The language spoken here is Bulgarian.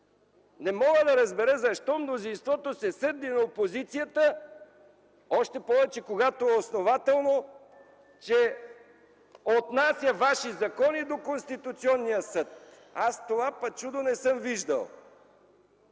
Не мога да разбера защо мнозинството се сърди на опозицията, още повече когато основателно отнася ваши закони до Конституционния съд. Такова чудо не съм виждал.